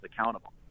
accountable